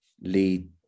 lead